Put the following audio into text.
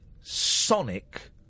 sonic